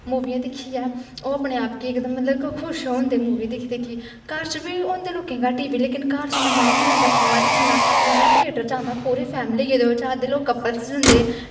मूवियां दिक्खियै अपने आप गी खुश होंदे मूवी दिखदे कि घर च बी होंदे लोकें दे टीवी पर घर च इन्ना मज़ा निं औंदा फिल्मा दिक्खनें दा जिन्ना थियेट र च औंदा पूरी फैमिली जां अद्धे लोक कप्पल जंदे